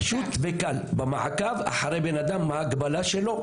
פשוט וקל במעקב אחרי בנאדם מה ההגבלה שלו,